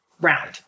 round